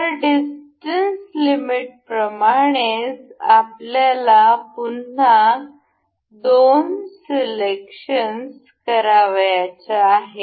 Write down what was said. तर डिस्टन्स लिमिटप्रमाणेच आपल्याला पुन्हा दोन सिलेक्शन्स करावयाच्या आहेत